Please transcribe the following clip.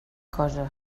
cosa